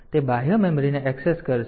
તેથી તે બાહ્ય મેમરીને ઍક્સેસ કરશે